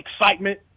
excitement